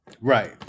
Right